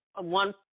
one